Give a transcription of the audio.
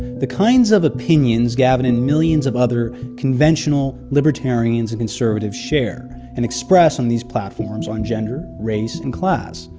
the kinds of opinions gavin and millions of other, conventional libertarians and conservatives share and express on these platforms on gender, race, and class.